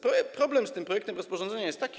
Problem z tym projektem rozporządzenia jest taki.